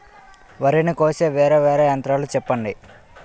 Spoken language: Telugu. వరి ని కోసే వేరా వేరా యంత్రాలు చెప్పండి?